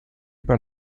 par